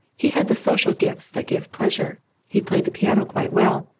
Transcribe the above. he had the social gifts that give pleasure he played the piano quite well,